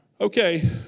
Okay